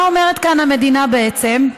מה אומרת כאן המדינה, בעצם?